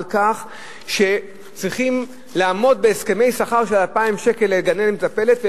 על כך שצריכים לעמוד בהסכמי השכר של 2,000 שקל לגננת ומטפלת.